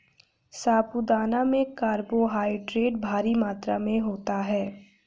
साबूदाना में कार्बोहायड्रेट भारी मात्रा में होता है